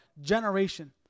generation